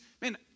man